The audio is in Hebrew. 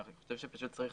אני חושב שפשוט צריך